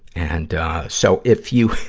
and, ah, so, if you,